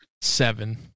Seven